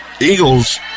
Eagles